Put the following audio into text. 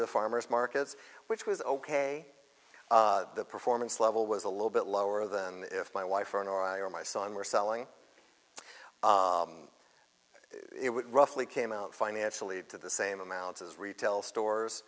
the farmer's markets which was ok the performance level was a little bit lower than if my wife own or i or my son were selling it would roughly came out financially to the same amount as retail stores